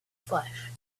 flesh